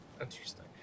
Interesting